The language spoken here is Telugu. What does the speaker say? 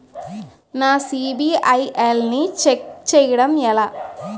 నా సిబిఐఎల్ ని ఛెక్ చేయడం ఎలా?